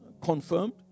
confirmed